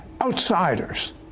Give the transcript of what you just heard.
outsiders